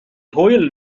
hwyl